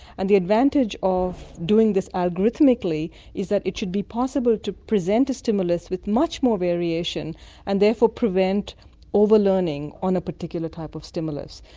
and the advantage of doing this algorithmically is that it should be possible to present a stimulus with much more variation and therefore prevent all the learning on a particular type of stimulus.